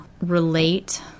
relate